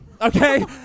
okay